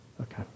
Okay